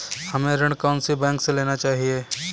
हमें ऋण कौन सी बैंक से लेना चाहिए?